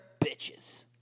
bitches